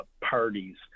parties